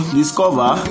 discover